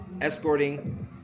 escorting